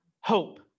hope